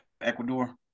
Ecuador